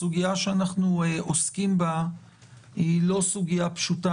הסוגיה שאנחנו עוסקים בה היא לא פשוטה